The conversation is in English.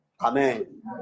Amen